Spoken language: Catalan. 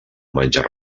menjar